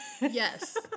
Yes